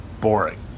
boring